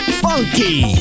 funky